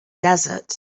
desert